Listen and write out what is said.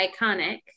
iconic